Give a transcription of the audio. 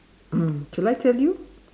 shall I tell you